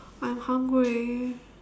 I am hungry